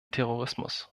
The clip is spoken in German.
terrorismus